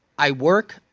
i work,